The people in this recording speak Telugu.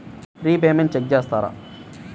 రిపేమెంట్స్ చెక్ చేస్తారా?